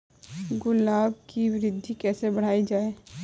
गुलाब की वृद्धि कैसे बढ़ाई जाए?